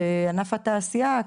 בענף התעשייה,